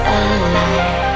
alive